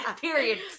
Period